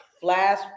Flash